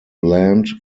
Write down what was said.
land